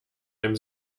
einem